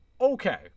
okay